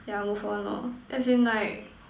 yeah move on lor as in like